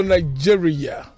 Nigeria